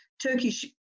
turkish